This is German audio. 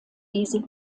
diese